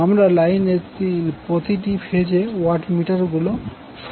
আমরা লাইনের প্রতিটি ফেজে ওয়াট মিটার গুলো সংযুক্ত করব